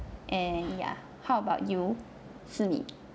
and yeah how about you si mi